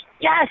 yes